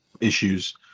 issues